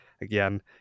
again